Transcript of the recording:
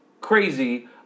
crazy